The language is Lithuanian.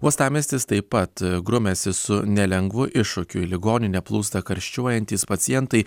uostamiestis taip pat grumiasi su nelengvu iššūkiu į ligoninę plūsta karščiuojantys pacientai